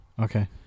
Okay